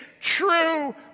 true